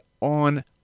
on